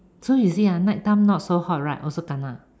so you see ah night time not so hot right also kena